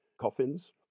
coffins